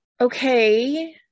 Okay